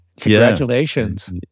congratulations